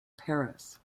paris